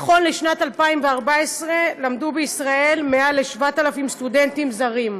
בשנת 2014 למדו בישראל יותר מ-7,000 סטודנטים זרים,